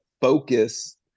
focus